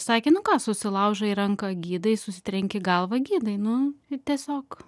sakė nu ką susilaužai ranką gydai susitrenki galvą gydai nu ir tiesiog